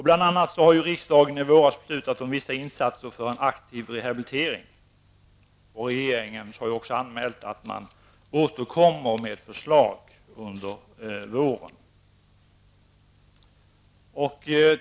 Bl.a. annat har riksdagen i våras beslutat om vissa insatser för en aktiv rehabilitering, och regeringen har också anmält att man återkommer med förslag under våren.